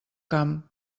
camp